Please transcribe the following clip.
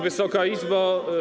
Wysoka Izbo!